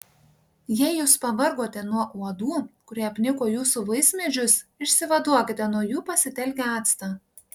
jei jūs pavargote nuo uodų kurie apniko jūsų vaismedžius išsivaduokite nuo jų pasitelkę actą